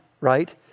right